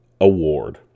award